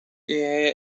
det